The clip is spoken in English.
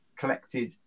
Collected